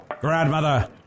Grandmother